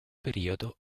periodo